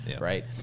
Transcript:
Right